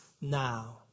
now